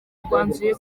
rwanzuye